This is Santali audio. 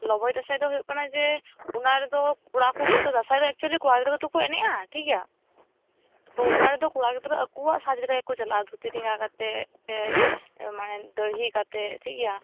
ᱞᱚᱵᱚᱭ ᱫᱟᱥᱟᱸᱭ ᱫᱚ ᱦᱩᱭᱩᱜ ᱠᱟᱱᱟ ᱡᱮ ᱚᱱᱟᱨᱮᱫᱚ ᱠᱚᱲᱟ ᱠᱚᱜᱮᱠᱚ ᱫᱟᱥᱟᱸᱭ ᱫᱚ ᱮᱠᱪᱩᱣᱟᱞᱤ ᱠᱚᱲᱟ ᱜᱤᱫᱽᱨᱟᱹ ᱜᱮᱛᱚᱠᱚ ᱮᱱᱮᱡᱼᱟ ᱴᱷᱤᱠᱜᱮᱭᱟ ᱛᱚ ᱚᱱᱟᱨᱮᱫᱚ ᱠᱚᱲᱟᱜᱤᱫᱽᱨᱟ ᱟᱠᱚᱣᱟᱜ ᱥᱟᱡᱽ ᱞᱮᱠᱟ ᱜᱮᱠᱚ ᱪᱟᱞᱟᱜ ᱼᱟ ᱫᱷᱩᱛᱤ ᱰᱮᱝᱜᱟ ᱠᱟᱛᱮ ᱮ ᱢᱟᱱᱮ ᱫᱟ ᱲᱦᱤ ᱠᱟᱛᱮ ᱴᱷᱤᱠᱜᱮᱭᱟ